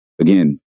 again